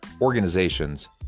organizations